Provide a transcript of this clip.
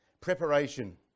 Preparation